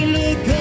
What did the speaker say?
look